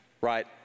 right